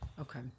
Okay